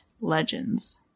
legends